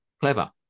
Clever